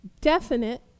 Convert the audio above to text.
definite